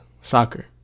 Soccer